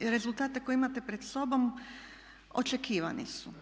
rezultate koje imate pred sobom očekivani su.